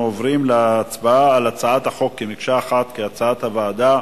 אחת, כהצעת הוועדה,